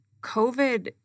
COVID